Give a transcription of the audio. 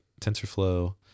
TensorFlow